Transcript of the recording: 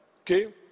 okay